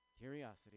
curiosity